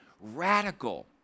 radical